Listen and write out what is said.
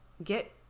get